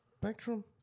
Spectrum